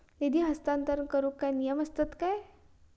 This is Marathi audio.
निधी हस्तांतरण करूक काय नियम असतत काय?